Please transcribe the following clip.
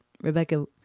Rebecca